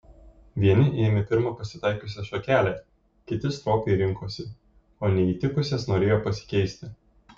vieni ėmė pirmą pasitaikiusią šakelę kiti stropiai rinkosi o neįtikusias norėjo pasikeisti